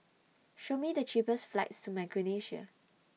Show Me The cheapest flights to Micronesia